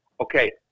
okay